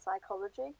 Psychology